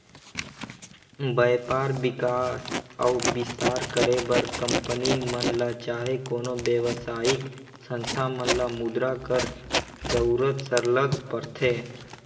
बयपार कर बिकास अउ बिस्तार करे बर कंपनी मन ल चहे कोनो बेवसायिक संस्था मन ल मुद्रा कर जरूरत सरलग परथे